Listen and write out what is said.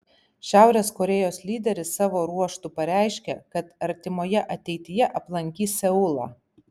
šiaurės korėjos lyderis savo ruožtu pareiškė kad artimoje ateityje aplankys seulą